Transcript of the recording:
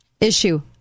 issue